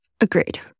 Agreed